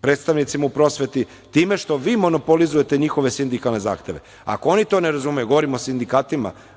predstavnicima u prosveti time što vi monopolizujete njihove sindikalne zahteve. Ako oni to ne razumeju, govorim o sindikatima,